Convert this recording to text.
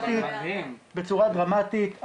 בצורה דרמטית,